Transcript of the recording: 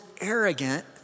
arrogant